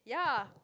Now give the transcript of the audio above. ya